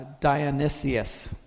Dionysius